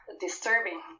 disturbing